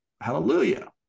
hallelujah